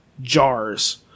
jars